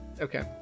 Okay